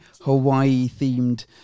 Hawaii-themed